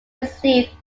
received